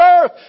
earth